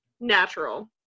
natural